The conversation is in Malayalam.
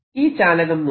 ഈ ചാലകം നോക്കൂ